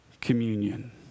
communion